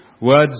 words